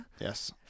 Yes